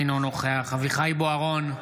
אינו נוכח אביחי אברהם בוארון,